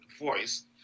voice